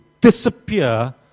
disappear